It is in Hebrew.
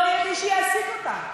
לא יהיה מי שיעסיק אותם,